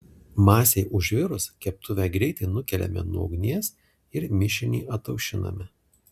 masei užvirus keptuvę greitai nukeliame nuo ugnies ir mišinį ataušiname